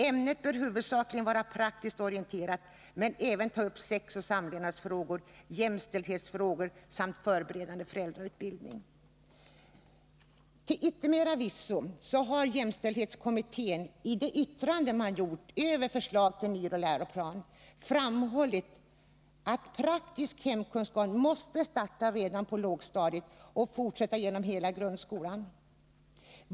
Ämnet bör huvudsakligen vara praktiskt orienterat men även ta upp sexoch samlevnadsfrågor, jämställdhetsfrågor samt förberedande föräldrautbildning.” Till yttermera visso har jämställdhetskommittén i sitt yttrande över förslaget till ny läroplan framhållit att praktisk hemkunskap måste starta redan på lågstadiet och fortsätta genom hela grundskolan.